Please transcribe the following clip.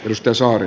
risto saari